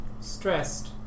stressed